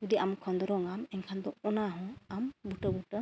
ᱡᱩᱫᱤ ᱟᱢ ᱠᱷᱚᱸᱫᱽᱨᱚᱱ ᱟᱢ ᱮᱱᱠᱷᱟᱱ ᱚᱱᱟᱦᱚᱸ ᱟᱢ ᱵᱩᱴᱟᱹ ᱜᱚᱴᱟ